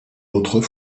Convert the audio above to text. l’autre